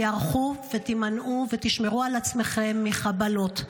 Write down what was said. תיערכו, תימנעו ותשמרו על עצמכם מחבלות.